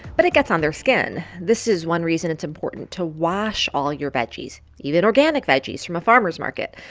but it gets on their skin. this is one reason it's important to wash all your veggies, even organic veggies from a farmer's market.